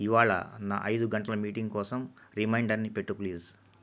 ఇవాళ నా ఐదు గంటల మీటింగ్ కోసం రిమైండర్ని పెట్టు ప్లీజ్